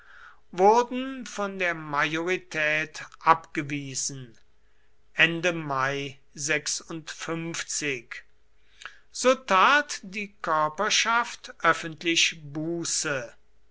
wurden von der majorität abgewiesen so tat die körperschaft öffentlich buße